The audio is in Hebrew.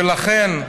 ולכן,